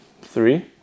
three